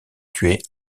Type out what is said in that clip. tuer